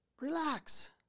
relax